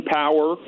power